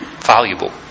valuable